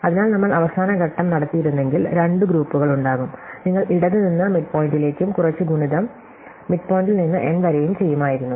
അതിനാൽ നമ്മൾ അവസാന ഘട്ടം നടത്തിയിരുന്നെങ്കിൽ രണ്ട് ഗ്രൂപ്പുകളുണ്ടാകും നിങ്ങൾ ഇടത് നിന്ന് മിഡ്പോയിന്റിലേക്കും കുറച്ച് ഗുണിതം മിഡ്പോയിന്റിൽ നിന്ന് n വരെയും ചെയ്യുമായിരുന്നു